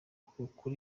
kuvugwa